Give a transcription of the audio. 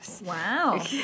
Wow